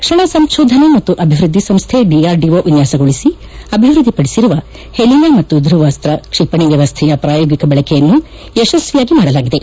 ರಕ್ಷಣಾ ಸಂಶೋಧನೆ ಮತ್ತು ಅಭಿವೃದ್ದಿ ಸಂಶ್ವೆ ಡಿಆರ್ಡಿಒ ವಿನ್ವಾಸಗೊಳಿಸಿ ಅಭಿವೃದ್ದಿಪಡಿಸಿರುವ ಹೆಲಿನಾ ಮತ್ತು ಧುವಾಸ್ತ ಕ್ಷಿಪಣಿ ವ್ಯವಸ್ಥೆಯ ಪ್ರಾಯೋಗಿಕ ಬಳಕೆಯನ್ನು ಯಶಸ್ವಿಯಾಗಿ ಮಾಡಲಾಗಿದೆ